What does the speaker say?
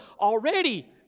already